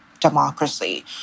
democracy